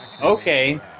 Okay